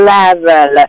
level